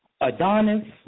Adonis